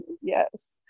yes